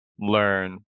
learn